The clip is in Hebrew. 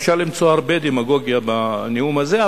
אפשר למצוא הרבה דמגוגיה בנאום הזה,